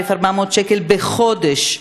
1,400 שקל בחודש,